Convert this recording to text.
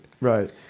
Right